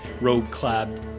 robe-clad